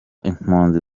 impunzi